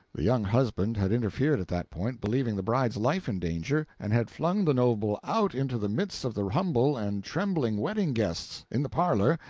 the young husband had interfered at that point, believing the bride's life in danger, and had flung the noble out into the midst of the humble and trembling wedding guests, in the parlor,